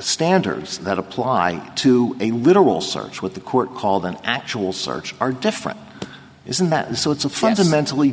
standards that apply to a literal search what the court called an actual search are different isn't that so it's a fundamentally